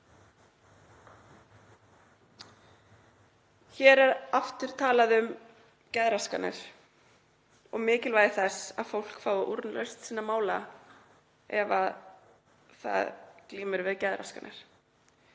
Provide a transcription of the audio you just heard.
Hér er aftur talað um geðraskanir og mikilvægi þess að fólk fái úrlausn sinna mála ef það glímir við geðraskanir,